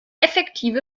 effektive